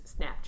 Snapchat